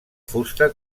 fusta